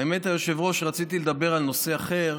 האמת, היושב-ראש, רציתי לדבר על נושא אחר,